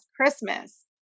Christmas